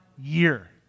year